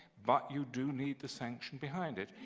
but you do need the sanction behind it.